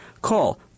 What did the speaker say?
Call